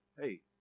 hey